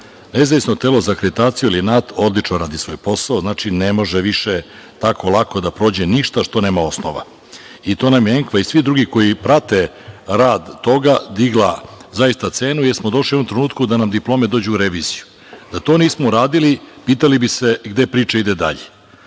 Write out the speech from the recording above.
Nezavisno telo za akreditaciju odlično radi svoj posao. Znači, ne može više tako lako da prođe ništa što nema osnova. Svi drugi koji prate rad toga, to nam je diglo cenu, jer smo došli u jednom trenutku da nam diplome dođu u reviziju. Da to nismo uradili, pitali bi se gde priča ide dalje.